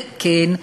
וכן,